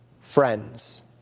friends